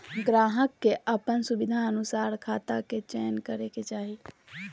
ग्राहक के अपन सुविधानुसार खाता के चयन करे के चाही